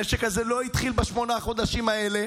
הנשק הזה לא התחיל בשמונת החודשים האלה.